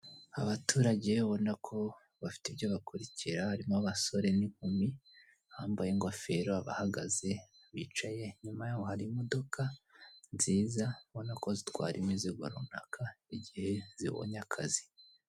Abaturage ubona ko bafite ibyo bakurikira hari abasore n'inkumi abambaye ingoferi hari abahagaze abicaye nyuma yaho hari imodoka nziza ubona ko zitwara imizigo runaka igihe zibonye akazi.